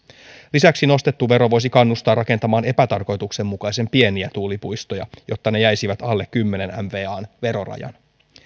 lisäksi nostettu vero voisi kannustaa rakentamaan epätarkoituksenmukaisen pieniä tuulipuistoja jotta ne jäisivät alle kymmenen mvan verorajan